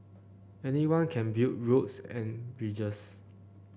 anyone can build roads and bridges